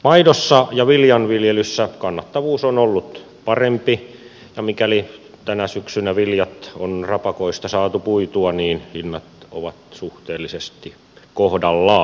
maidossa ja viljanviljelyssä kannattavuus on ollut parempi ja mikäli tänä syksynä viljat on rapakoista saatu puitua niin hinnat ovat suhteellisesti kohdallaan